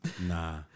Nah